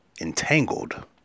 entangled